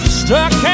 stuck